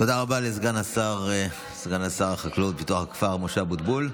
תודה רבה לסגן שר החקלאות ופיתוח הכפר משה אבוטבול.